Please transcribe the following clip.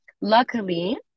Luckily